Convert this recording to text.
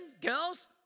girls